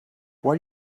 why